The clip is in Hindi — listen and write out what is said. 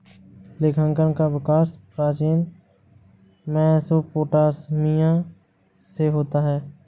लेखांकन का विकास प्राचीन मेसोपोटामिया से होता है